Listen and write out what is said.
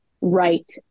right